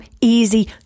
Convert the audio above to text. easy